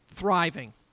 thriving